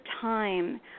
time